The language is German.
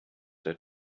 der